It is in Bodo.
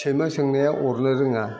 सैमा सोंनाया अरनो रोङा